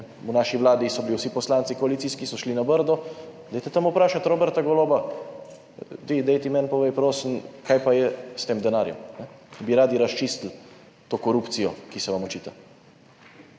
v naši Vladi so bili vsi poslanci koalicijski, so šli na Brdo. Dajte tam vprašati Roberta Goloba, daj ti meni povej, prosim, kaj pa je s tem denarjem, ko bi radi razčistili to korupcijo, ki se vam očita.